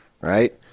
right